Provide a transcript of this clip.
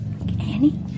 Annie